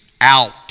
out